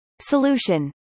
Solution